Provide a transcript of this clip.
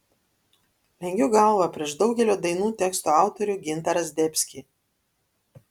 lenkiu galvą prieš daugelio dainų tekstų autorių gintarą zdebskį